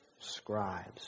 scribes